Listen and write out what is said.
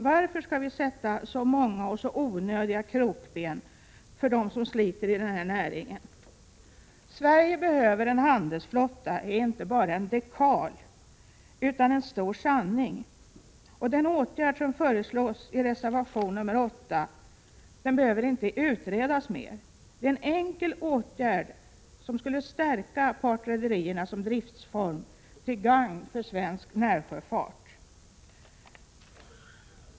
Varför skall vi sätta så många och onödiga krokben för dem som sliter i den här näringen? ”Sverige behöver en handelsflotta” är inte bara en dekal utan en viktig sanning. Den åtgärd som föreslås i reservation 8 behöver inte utredas mer. Det är en enkel åtgärd, som skulle stärka partrederierna som driftsform till gagn för svensk närsjöfart.